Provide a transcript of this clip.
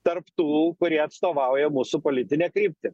tarp tų kurie atstovauja mūsų politinę kryptį